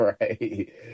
Right